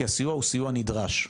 כי הסיוע הוא סיוע נדרש.